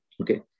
Okay